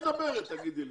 תגידי לי,